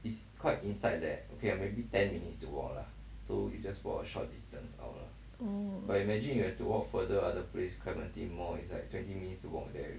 oh